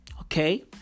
Okay